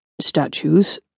statues